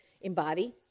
Embody